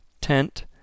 tent